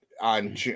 on